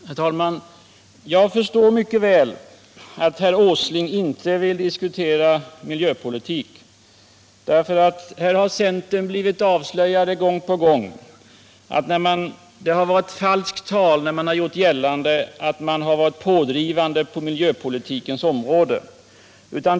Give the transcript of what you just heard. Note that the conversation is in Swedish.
Herr talman! Jag förstår mycket väl att herr Åsling inte vill diskutera miljöpolitik. Här har nämligen centern blivit avslöjad gång på gång. Det har varit falskt tal när man har gjort gällande att man har varit pådrivande på miljöpolitikens område.